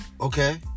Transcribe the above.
okay